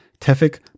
Tefik